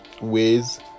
ways